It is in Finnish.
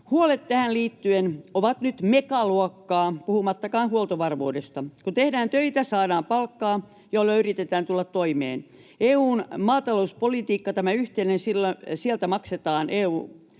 Huolet tähän liittyen ovat nyt megaluokkaa, puhumattakaan huoltovarmuudesta. Kun tehdään töitä, saadaan palkkaa, jolla yritetään tulla toimeen. EU:n yhteisestä maatalouspolitiikasta maksetaan EU-tukea,